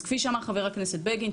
אז כפי שאמר חבר הכנסת בגין,